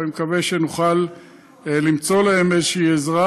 אבל אני מקווה שנוכל למצוא להם איזו עזרה